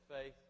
faith